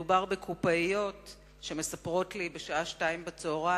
מדובר בקופאיות שמספרות לי בשעה 14:00